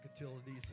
utilities